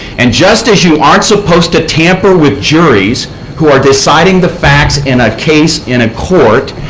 and just as you aren't supposed to tamper with juries who are deciding the facts in a case in a court,